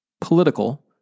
political